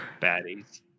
baddies